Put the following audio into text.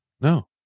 no